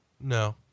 No